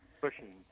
pushing